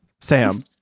Sam